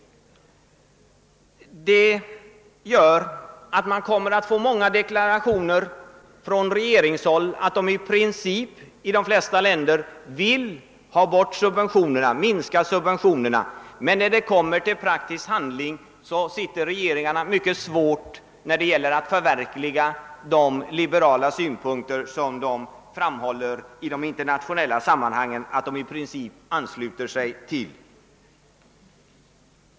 Detta gör att man kommer att få många deklarationer om att regeringarna i de flesta länder i princip vill minska subventionerna, men när det sedan kommer till praktisk handling sitter regeringarna mycket illa till när det gäller att förverkliga dé libe rala synpunkter som de i internationella sammanhang säger att de i princip ansluter sig till.